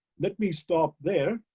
let me stop there.